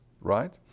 right